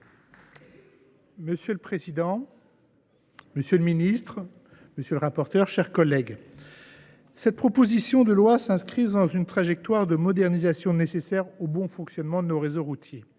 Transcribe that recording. Monsieur le président, monsieur le ministre, mes chers collègues, cette proposition de loi s’inscrit dans une trajectoire de modernisation nécessaire au bon fonctionnement de notre réseau routier.